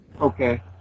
Okay